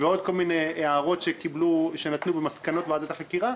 ועוד כל מיני הערות שנכתבו במסקנות ועדת החקירה.